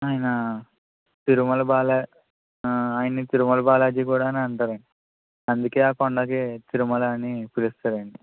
ఆయన తిరుమల బాల ఆయన్ని తిరుమల బాలాజీ కూడా అని అంటారండి అందుకే ఆ కొండకి తిరుమల అని పిలుస్తారండి